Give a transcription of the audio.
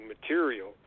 material